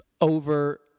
over